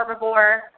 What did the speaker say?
Herbivore